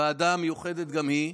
ועדה מיוחדת גם היא,